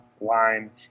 line